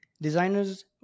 Designers